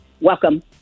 welcome